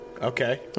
Okay